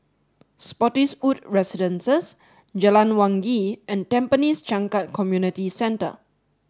Spottiswoode Residences Jalan Wangi and Tampines Changkat Community Centre